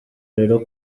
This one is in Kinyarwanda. rero